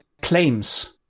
claims